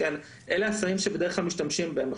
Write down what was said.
אלה הסמים שבדרך כלל משתמשים בהם.